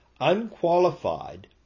unqualified